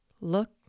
look